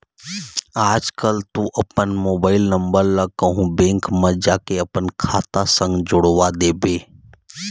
आजकल तो अपन मोबाइल नंबर ला कहूँ बेंक म जाके अपन खाता संग जोड़वा देबे